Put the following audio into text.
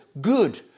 Good